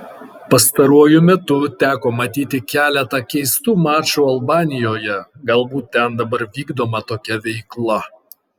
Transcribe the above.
pastaruoju metu teko matyti keletą keistų mačų albanijoje galbūt ten dabar vykdoma tokia veikla